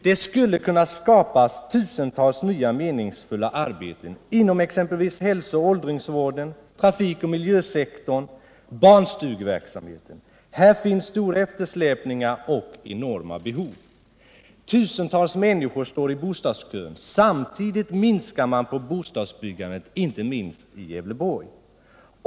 Det skulle kunna skapas tusentals och miljösektorn samt barnstugeverksamheten. Här finns stora eftersläp Torsdagen den ningar och enorma behov. Tusentals människor står i bostadskön. Samtidigt 30 mars 1978 minskar man bostadsbyggandet, inte minst i Gävleborg.